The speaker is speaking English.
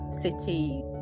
city